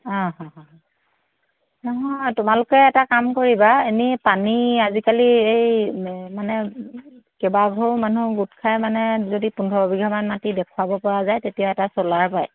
নহয় তোমালোকে এটা কাম কৰিবা এনেই পানী আজিকালি এই মানে কেইবাঘৰ মানুহ গোট খুৱাই মানে যদি পোন্ধৰ বিঘামান মাটি দেখুৱাব পৰা যায় তেতিয়া এটা ছ'লাৰ পায়